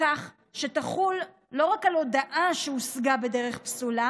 כך שתחול לא רק על הודאה שהושגה בדרך פסולה